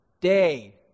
day